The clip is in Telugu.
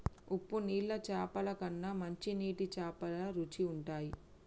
ఉప్పు నీళ్ల చాపల కన్నా మంచి నీటి చాపలు రుచిగ ఉంటయ్